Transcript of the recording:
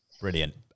brilliant